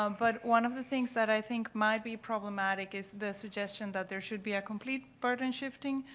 um but one of the things that i think might be problematic is the suggestion that there should be a complete burden shifting,